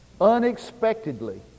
unexpectedly